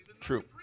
True